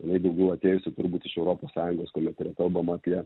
jinai daugiau atėjusi turbūt iš europos sąjungos kuomet yra kalbama apie